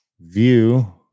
View